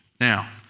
Now